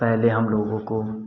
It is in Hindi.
पहले हम लोगों को